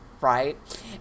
Right